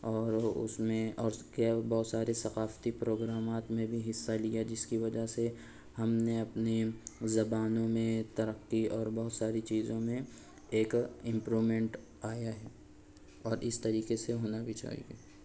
اور اس میں اور کیا ہے بہت سارے ثقافتی پروگرامات میں بھی حصہ لیا جس کی وجہ سے ہم نے اپنی زبانوں میں ترقی اور بہت ساری چیزوں میں ایک امپرومنٹ آیا ہے اور اس طریقے سے ہونا بھی چاہیے